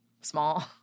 small